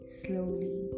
slowly